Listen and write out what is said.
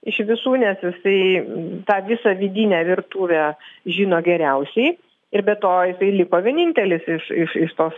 iš visų nes jisai tą visą vidinę virtuvę žino geriausiai ir bet to jisai liko vienintelis iš iš iš tos